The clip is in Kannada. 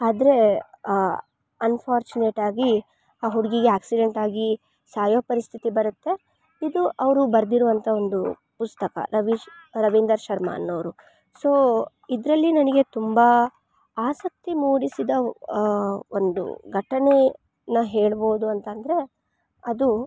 ಆದರೆ ಅನ್ಫಾರ್ಚುನೇಟಾಗಿ ಆ ಹುಡುಗಿಗೆ ಆ್ಯಕ್ಸಿಡೆಂಟಾಗಿ ಸಾಯೋ ಪರಿಸ್ಥಿತಿ ಬರುತ್ತೆ ಇದು ಅವರು ಬರೆದಿರುವಂಥ ಒಂದು ಪುಸ್ತಕ ರವೀಶ್ ರವಿಂದರ್ ಶರ್ಮ ಅನ್ನೋರು ಸೊ ಇದರಲ್ಲಿ ನನಗೆ ತುಂಬ ಆಸಕ್ತಿ ಮೂಡಿಸಿದ ಒಂದು ಘಟನೆ ನ ಹೇಳ್ಬೌದು ಅಂತಂದರೆ ಅದು